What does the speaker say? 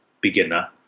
beginner